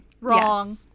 Wrong